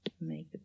make